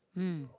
mm